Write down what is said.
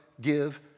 give